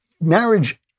marriage